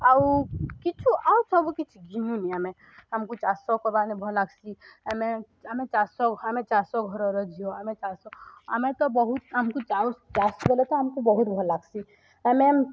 ଆଉ କିଛୁ ଆଉ ସବୁକିଛି ଘିଣୁନି ଆମେ ଆମକୁ ଚାଷ କରବାନେ ଭଲ ଲାଗ୍ସି ଆମେ ଆମେ ଚାଷ ଆମେ ଚାଷ ଘରର ଝିଅ ଆମେ ଚାଷ ଆମେ ତ ବହୁତ ଆମକୁ ଚାଷ କଲେ ତ ଆମକୁ ବହୁତ ଭଲ ଲାଗ୍ସି ଆମେ